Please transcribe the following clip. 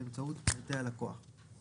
עם ארבעה עובדים.